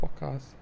podcast